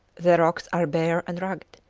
the rocks are bare and rugged,